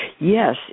Yes